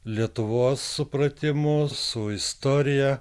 lietuvos supratimu su istorija